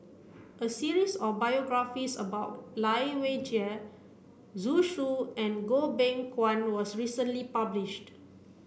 a series of biographies about Lai Weijie Zhu Xu and Goh Beng Kwan was recently published